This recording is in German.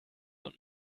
und